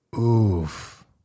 Oof